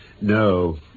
No